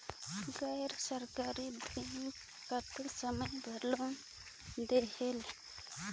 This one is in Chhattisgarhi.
गैर सरकारी बैंक कतेक समय बर लोन देहेल?